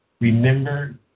Remember